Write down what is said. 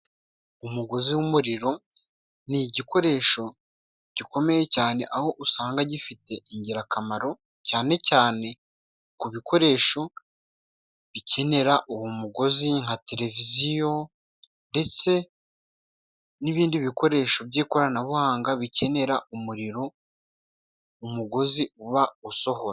Umugozi w'umuriro ni igikoresho gikomeye cyane aho usanga gifite ingirakamaro cyane cyane ku bikoresho bikenera uwo mugozi nka televiziyo, ndetse n'ibindi bikoresho by'ikoranabuhanga bikenera umuriro umugozi uba usohora.